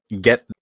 get